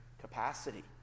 capacity